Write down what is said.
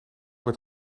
werd